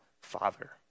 Father